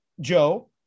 Joe